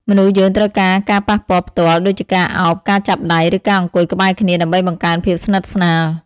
ការកង្វះការប៉ះពាល់ផ្ទាល់ ជាបញ្ហាប្រឈមធំជាងគេបង្អស់។